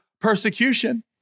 persecution